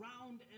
round